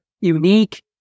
unique